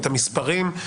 את המספרים,